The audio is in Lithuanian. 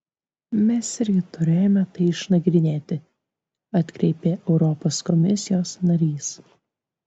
mes irgi turėjome tai išnagrinėti atkreipė europos komisijos narys